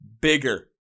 Bigger